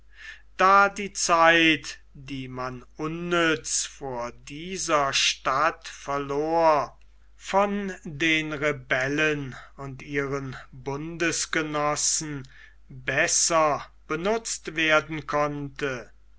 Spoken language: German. da die zeit die man unnütz vor dieser stadt verlor von den rebellen und ihren bundesgenossen besser benutzt werden konnte